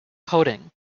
coding